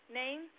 name